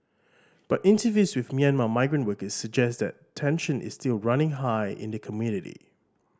but interviews with Myanmar migrant workers suggest that tension is still running high in the community